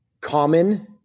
common